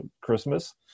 Christmas